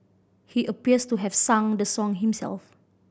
he appears to have sung the song himself